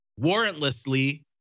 warrantlessly